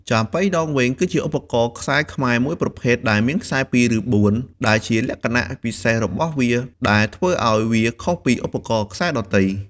ចាប៉ីដងវែងគឺជាឧបករណ៍ខ្សែខ្មែរមួយប្រភេទដែលមានខ្សែ២ ឬ ៤ ខ្សែដែលជាលក្ខណៈពិសេសរបស់វាដែលធ្វើឲ្យវាខុសពីឧបករណ៍ខ្សែដទៃ។